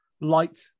light